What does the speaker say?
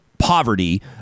poverty